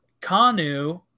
Kanu